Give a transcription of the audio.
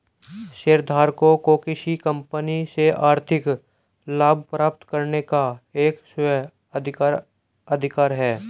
शेयरधारकों को किसी कंपनी से आर्थिक लाभ प्राप्त करने का एक स्व अधिकार अधिकार है